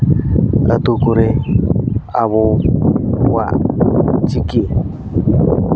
ᱟᱛᱳ ᱠᱚᱨᱮ ᱟᱵᱚᱣᱟᱜ ᱪᱤᱠᱤ